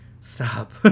stop